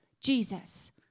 Jesus